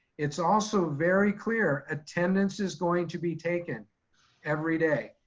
it's also very clear attendance is going to be taken every day.